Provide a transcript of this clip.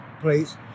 place